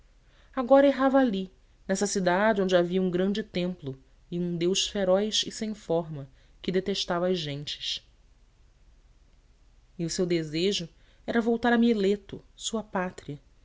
agora errava ali nessa cidade onde havia um grande templo e um deus feroz e sem forma que detestava as gentes e o seu desejo era voltar a mileto sua pátria